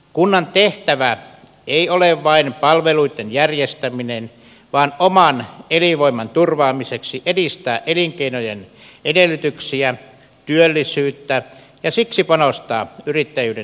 kunnan tehtävänä ei ole vain järjestää palveluita vaan oman elinvoiman turvaamiseksi edistää elinkeinojen edellytyksiä työllisyyttä ja siksi panostaa yrittäjyyden edistämiseen